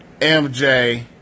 MJ